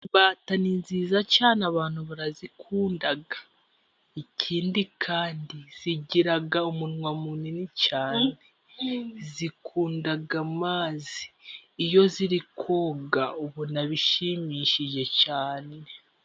Imbata ni nziza cyane abantu barazikunda. Ikindi kandi zigira umunwa munini cyane. Zikunda amazi, iyo ziri koga ubona bishimishije cyane.